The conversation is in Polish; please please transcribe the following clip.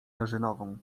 jarzynową